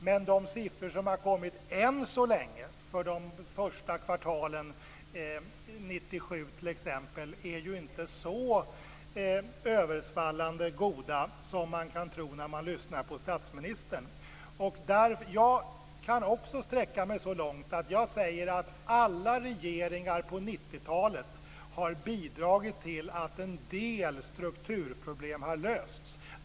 Men de siffror som har kommit än så länge för de första kvartalen 1997 är inte så översvallande goda som man kan tro när man lyssnar på statsministern. Jag kan också sträcka mig så långt att jag säger att alla regeringar på 90-talet har bidragit till att en del strukturproblem har lösts.